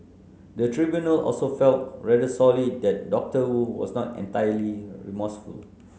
the tribunal also fell rather sorely that Doctor Wu was not entirely remorseful